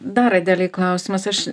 dar adelei klausimas aš